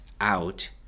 out